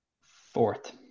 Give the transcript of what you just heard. fourth